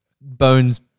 Bone's